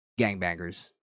gangbangers